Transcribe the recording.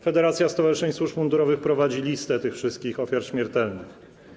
Federacja Stowarzyszeń Służb Mundurowych RP prowadzi listę tych wszystkich ofiar śmiertelnych.